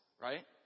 right